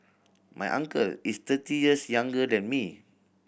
my uncle is thirty years younger than me